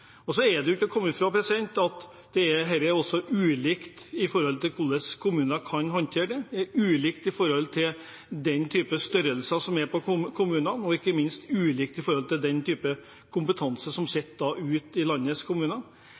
Og det er ikke til å komme fra at det er ulikt hvordan kommuner kan håndtere dette, det er ulikt ut fra størrelsen på kommunene, og det er ikke minst ulikt ut fra hvilken type kompetanse som finnes ute i landets kommuner.